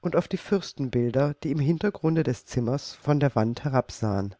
und auf die fürstenbilder die im hintergrunde des zimmers von der wand herabsahen